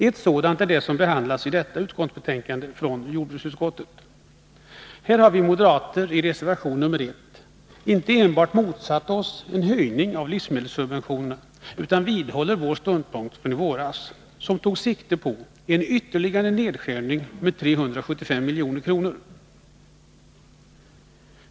Ett sådant är det som behandlas i detta betänkande från jordbruksutskottet. Här har vi moderater i reservation nr 1 inte enbart motsatt oss en höjning av livsmedelssubventionerna utan också vidhållit vår ståndpunkt från i våras, som tog sikte på en ytterligare nedskärning med 375 milj.kr.